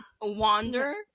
wander